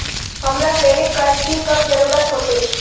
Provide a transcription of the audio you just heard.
हमरा क्रेडिट कार्ड की कब जरूरत होते?